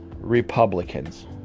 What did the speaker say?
Republicans